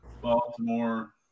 Baltimore